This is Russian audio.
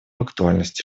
актуальности